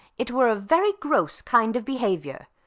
it were a very gross kind of behaviour,